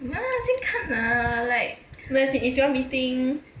no as in if your meeting